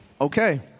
Okay